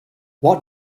what